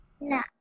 No